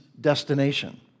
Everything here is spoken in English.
destination